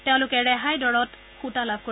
তেওঁলোকে ৰেহাই দৰত সুতা লাভ কৰিব